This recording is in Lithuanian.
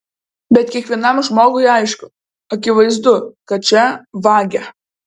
bet kiekvienam žmogui aišku akivaizdu kad čia vagia